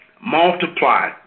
multiply